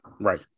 right